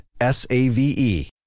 S-A-V-E